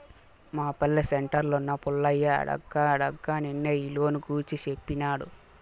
మా పల్లె సెంటర్లున్న పుల్లయ్య అడగ్గా అడగ్గా నిన్నే ఈ లోను గూర్చి సేప్పినాడు